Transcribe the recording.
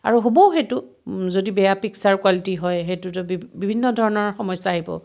আৰু হ'বও সেইটো যদি বেয়া পিকচাৰ কোৱালিটি হয় সেইটোতো বিভ বিভিন্ন ধৰণৰ সমস্যা আহিব